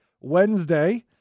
Wednesday